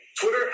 Twitter